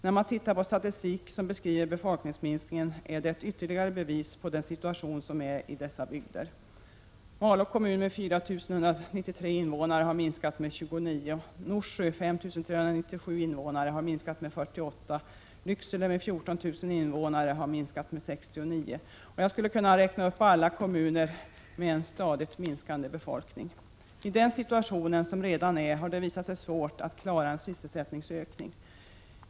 När man tittar på statistik som beskriver befolkningsminskningen, finner man ytterligare bevis på den situation som råder i dessa bygder. Malå kommun, med 4193 invånare, har minskat med 29 personer. Norsjö kommun, med 5 397 invånare, har minskat med 48 personer, och Lycksele, som har 14 000 invånare, har minskat med 69 personer. Jag skulle kunna räkna upp alla kommuner med en stadigt minskande befolkning. Redan i den nuvarande situationen har det visat sig svårt att klara en sysselsättningsökning.